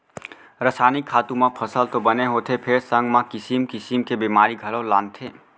रसायनिक खातू म फसल तो बने होथे फेर संग म किसिम किसिम के बेमारी घलौ लानथे